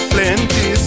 Plenty